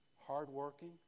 hardworking